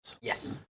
Yes